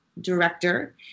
director